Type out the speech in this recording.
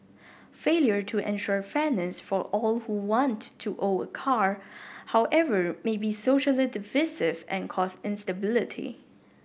failure to ensure fairness for all who want to own a car however may be socially divisive and cause instability